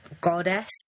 goddess